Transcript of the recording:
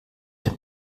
dem